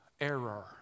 error